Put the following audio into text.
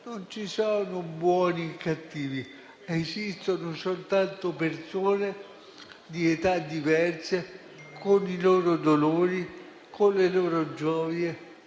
non ci sono buoni e cattivi, esistono soltanto persone di età diverse, con i loro dolori, con le loro gioie,